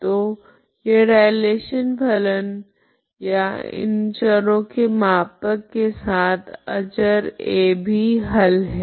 तो यह डिलेशन फलन या इन चरों के मापक के साथ अचर a भी हल है